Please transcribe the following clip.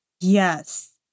Yes